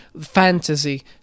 fantasy